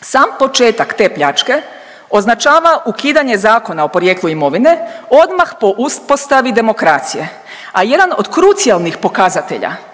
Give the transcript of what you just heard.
Sam početak te pljačke označava ukidanje Zakona o porijeklu imovine odmah po uspostavi demokracije, a jedan od krucijalnih pokazatelja